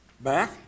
back